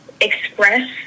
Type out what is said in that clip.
express